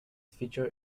feature